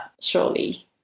surely